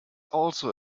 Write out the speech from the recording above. also